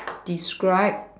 describe